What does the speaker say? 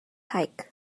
hike